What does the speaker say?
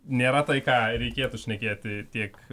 nėra tai ką reikėtų šnekėti tiek